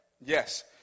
Yes